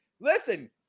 Listen